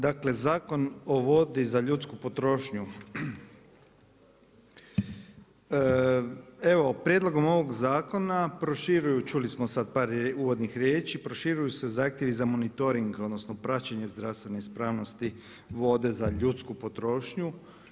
Dakle Zakon o vodi za ljudsku potrošnju, evo prijedlogom ovog zakona proširuju, čuli smo sada par uvodnih riječi, proširuju se zahtjevi za monitoring odnosno praćenje zdravstvene ispravnosti vode za ljudsku potrošnju.